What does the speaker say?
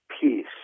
peace